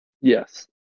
yes